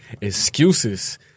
excuses